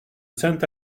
saint